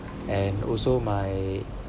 and also my